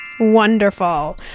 Wonderful